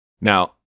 Now